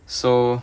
so